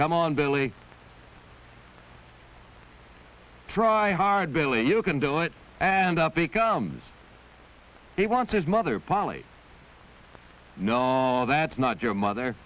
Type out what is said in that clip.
come on billy try hard billy you can do it and out becomes he want to smother polly no that's not your mother